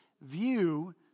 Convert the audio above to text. view